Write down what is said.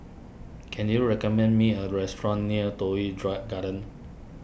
can you recommend me a restaurant near Toh Yi dry Garden